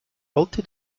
alte